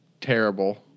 terrible